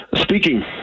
Speaking